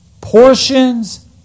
portions